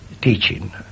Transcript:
teaching